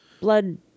Blood